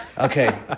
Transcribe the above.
Okay